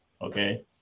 Okay